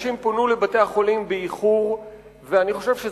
אנשים פונו לבתי-החולים באיחור,